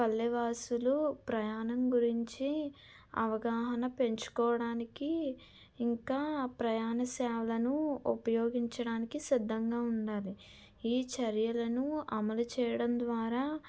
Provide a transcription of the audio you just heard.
పల్లెవాసులు ప్రయాణం గురించి అవగాహన పెంచుకోవడానికి ఇంకా ప్రయాణ సేవలను ఉపయోగించడానికి సిద్ధంగా ఉండాలి ఈ చర్యలను అమలు చేయడం ద్వారా